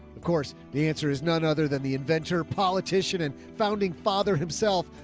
of course, the answer is none other than the inventor, politician and founding father himself.